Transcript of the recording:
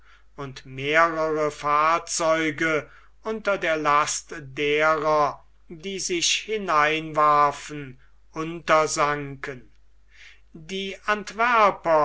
und mehrere fahrzeuge unter der last derer die sich hineinwarfen untersanken die antwerper